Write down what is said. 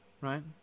Right